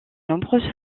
nombreuses